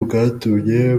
bwatumye